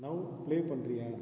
now play பண்ணுறியா